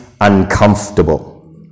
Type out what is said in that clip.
uncomfortable